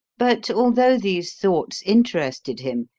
but although these thoughts interested him,